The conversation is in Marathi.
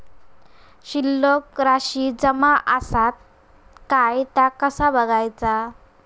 शिल्लक राशी जमा आसत काय ता कसा बगायचा?